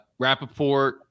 Rappaport